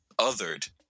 othered